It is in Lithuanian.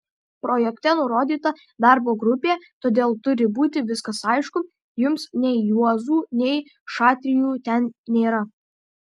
projekte nurodyta darbo grupė todėl turi būti viskas aišku jums nei juozų nei šatrijų ten nėra